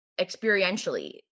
experientially